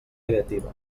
creativa